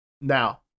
Now